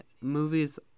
movies